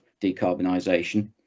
decarbonisation